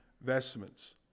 vestments